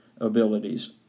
abilities